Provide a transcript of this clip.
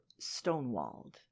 stonewalled